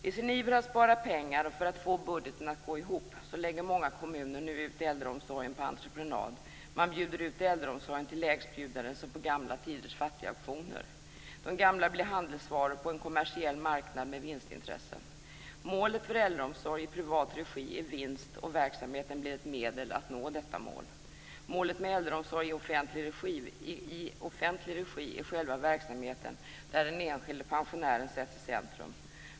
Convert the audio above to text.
I sin iver att spara pengar för att få budgeten att gå ihop lägger många kommuner nu ut äldreomsorgen på entreprenad. Man bjuder ut äldreomsorgen till lägstbjudande som på gamla tiders fattigauktioner. De gamla bli handelsvaror på en kommersiell marknad med vinstintressen. Målet för äldreomsorg i privat regi är vinst, och verksamheten blir ett medel för att nå detta mål. Målet för äldreomsorg i offentlig regi är själva verksamheten där den enskilde pensionären sätts i centrum.